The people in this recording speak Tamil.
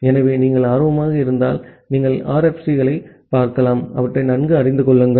ஆகவே நீங்கள் ஆர்வமாக இருந்தால் நீங்கள் RFC களைப் பார்க்கலாம் அவற்றை நன்கு அறிந்து கொள்ளுங்கள்